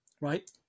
right